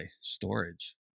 storage